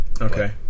Okay